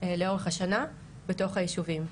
לאורך השנה בתוך היישובים.